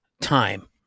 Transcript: time